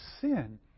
sin